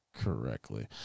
correctly